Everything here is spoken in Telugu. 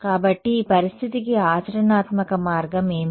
కాబట్టి ఈ పరిస్థితికి ఆచరణాత్మక మార్గం ఏమిటి